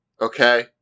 Okay